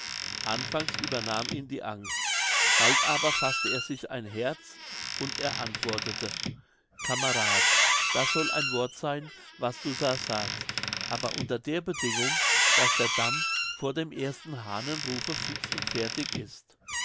anfangs übernahm ihn die angst bald aber faßte er sich ein herz und er antwortete kamerad das soll ein wort seyn was du da sagst aber unter der bedingung daß der damm vor dem ersten hahnenrufe fix und fertig ist